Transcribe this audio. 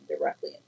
directly